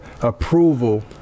approval